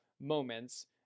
moments